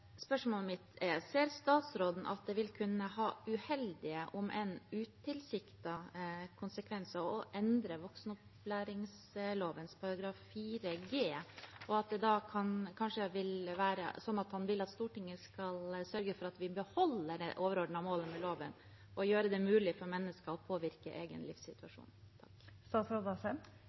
Spørsmålet mitt er: Ser statsråden at det vil kunne ha uheldige, om enn utilsiktede, konsekvenser å endre voksenopplæringsloven § 4 g, og at det kanskje vil være sånn at han vil at Stortinget skal sørge for at vi beholder det overordnede målet med loven, «Å gjøre det mulig for mennesker å påvirke egen livssituasjon»?